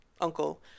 uncle